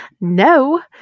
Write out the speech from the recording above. No